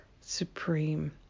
supreme